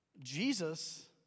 Jesus